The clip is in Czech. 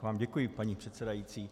Tak vám děkuji, paní předsedající.